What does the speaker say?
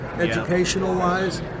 educational-wise